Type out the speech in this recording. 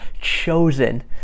chosen